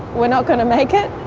we're not going to make it'?